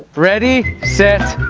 ready, set,